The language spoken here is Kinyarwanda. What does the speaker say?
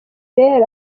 rero